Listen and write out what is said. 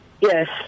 Yes